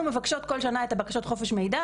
לכן אנחנו מבקשות כל שנה את בקשות חופש המידע